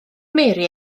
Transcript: mary